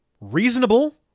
reasonable